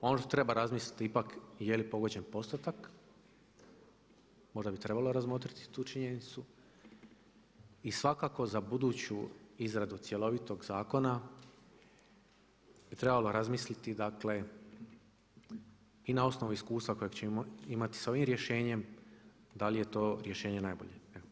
Možda treba razmisliti ipak je li pogođen postotak, možda bi trebalo razmotriti tu činjenicu i svakako za buduću izradu cjelovitog zakona bi trebalo razmisliti, dakle i na osnovu iskustva kojeg ćemo imati sa ovim rješenjem da li je to rješenje najbolje.